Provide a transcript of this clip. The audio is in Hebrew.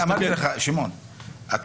אבל --- שמעון,